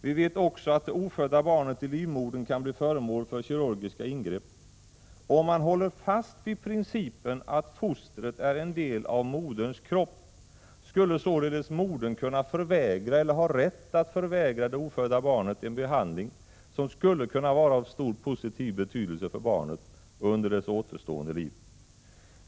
Vi vet också att det ofödda barnet i livmodern kan bli föremål för kirurgiska ingrepp. Om man håller fast vid principen att fostret är en del av moderns kropp, skulle således modern kunna förvägra eller ha rätt att förvägra det ofödda barnet en behandling, som skulle kunna vara av stor positiv betydelse för barnet under dess återstående liv.